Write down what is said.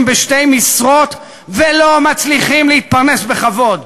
בשתי משרות ולא מצליחים להתפרנס בכבוד.